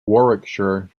warwickshire